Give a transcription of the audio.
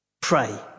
pray